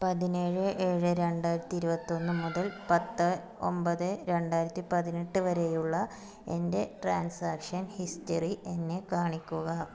പതിനേഴ് ഏഴ് രണ്ടായിരത്തി ഇരുപത്തൊന്ന് മുതൽ പത്ത് ഒമ്പത് രണ്ടായിരത്തി പതിനെട്ട് വരെയുള്ള എൻ്റെ ട്രാൻസാക്ഷൻ ഹിസ്റ്ററി എന്നെ കാണിക്കുക